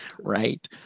Right